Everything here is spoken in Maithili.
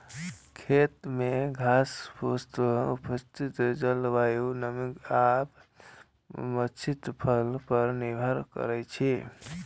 खेत मे घासफूसक उपस्थिति जलवायु, नमी आ पछिला फसल पर निर्भर करै छै